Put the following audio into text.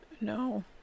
No